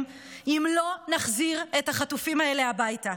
אם לא נחזיר את החטופים האלה הביתה.